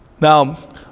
Now